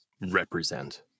represent